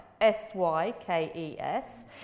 S-Y-K-E-S